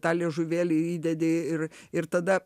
tą liežuvėlį įdedi ir ir tada